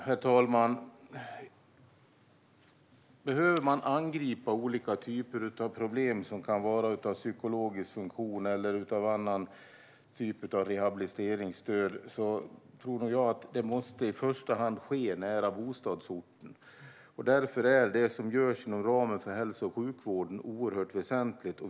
Herr talman! Behöver man angripa olika typer av problem med psykologisk funktion eller om det gäller annan typ av rehabiliteringsstöd måste det i första hand ske nära bostadsorten. Därför är det som görs inom ramen för hälso och sjukvården väsentligt.